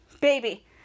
Baby